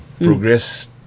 progress